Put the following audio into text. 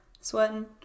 Sweating